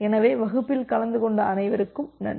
எனவே வகுப்பில் கலந்து கொண்ட அனைவருக்கும் நன்றி